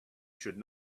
should